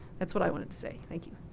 that's what i wanted to say, thank you.